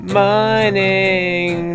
mining